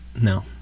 No